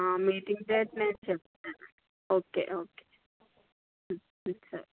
meeting date నేను చెప్తాను okay okay సరే